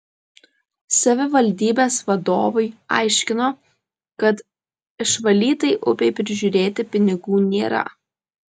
savivaldybės vadovai aiškino kad išvalytai upei prižiūrėti pinigų nėra